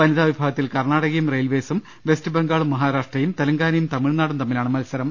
വനിതാ വിഭാഗത്തിൽ കർണാട്ടകയും റെയിൽവേസും വെസ്റ്റ് ബംഗാളും മഹാ രാഷ്ട്രയും തെലങ്കാനയും തമിഴ്നാടും തമ്മിലാണ് മത്സരം